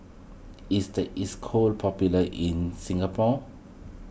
is the Isocal popular in Singapore